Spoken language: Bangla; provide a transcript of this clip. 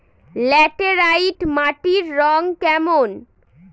ল্যাটেরাইট মাটির রং কেমন?